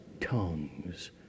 tongues